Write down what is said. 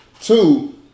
Two